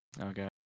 Okay